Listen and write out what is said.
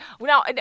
now